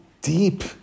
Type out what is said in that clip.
deep